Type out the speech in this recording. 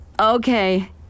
Okay